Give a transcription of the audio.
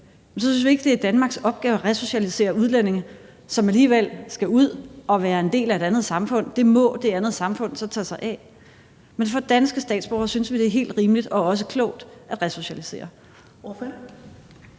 synes vi ikke, det er Danmarks opgave at resocialisere udlændinge, som alligevel skal ud og være en del af et andet samfund. Det må det andet samfund så tage sig af. Men danske statsborgere synes vi det er helt rimeligt og også klogt at resocialisere.